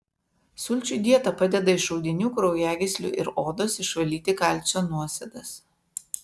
sulčių dieta padeda iš audinių kraujagyslių ir odos išvalyti kalcio nuosėdas